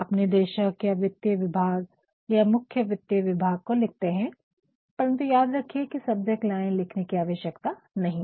आप निदेशक या वित्तीय विभाग या मुख वित्तीय विभाग को लिखते है परन्तु याद रहिये की सब्जेक्ट लाइन लिखने की आवश्यकता नहीं है